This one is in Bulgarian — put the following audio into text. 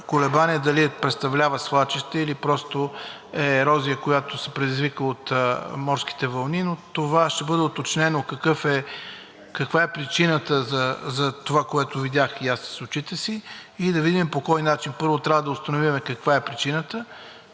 колебание дали представлява свлачище, или просто е ерозия, която се предизвиква от морските вълни. Това ще бъде уточнено – каква е причината за това, което видях с очите си. Да видим по кой начин – първо трябва да установим каква е причина?